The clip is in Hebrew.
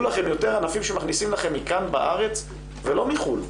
לכם יותר ענפים שמכניסים לכם מכאן בארץ ולא מחו"ל.